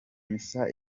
misa